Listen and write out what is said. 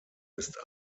ist